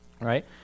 right